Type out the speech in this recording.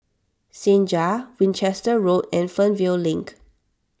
Senja Winchester Road and Fernvale Link